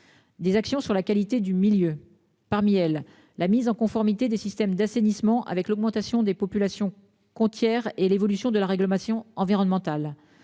Des actions sur la qualité du milieu. Parmi elles, la mise en conformité des systèmes d'assainissement avec l'augmentation des populations côtières et l'évolution de la réglementation environnementale.